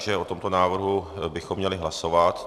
O tomto návrhu bychom měli hlasovat.